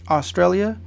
Australia